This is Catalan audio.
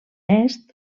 est